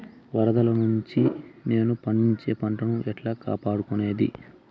వరదలు నుండి నేను పండించే పంట ను ఎట్లా కాపాడుకునేది?